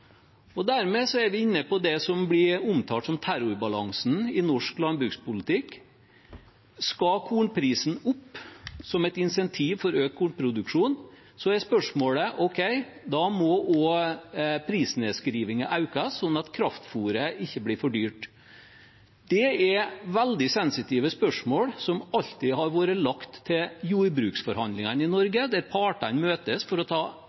kornpriser. Dermed er vi inne på det som blir omtalt som terrorbalansen i norsk landbrukspolitikk. Skal kornprisen opp som et insentiv for økt kornproduksjon, må også prisnedskrivingen økes, sånn at kraftfôret ikke blir for dyrt. Det er veldig sensitive spørsmål, som alltid har vært lagt til jordbruksforhandlingene i Norge, der partene møtes for å ta